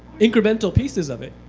incremental pieces of it.